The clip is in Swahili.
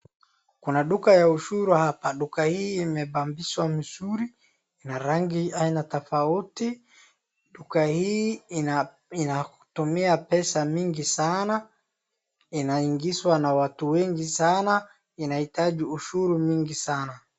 Kuna duka ya ushuru hapa. Duka hii imebambishwa mzuri . Ina rangi aina tofauti. Duka hii inatumia pesa mingi sana. Inaingizwa na watu wengi sana. Inahitaji ushuru mingi sana.